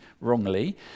wrongly